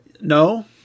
No